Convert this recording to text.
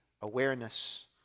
awareness